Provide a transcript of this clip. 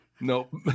Nope